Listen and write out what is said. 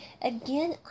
again